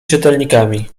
czytelnikami